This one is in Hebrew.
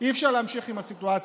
אופוזיציה.